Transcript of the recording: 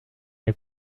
les